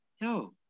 yo